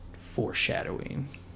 Foreshadowing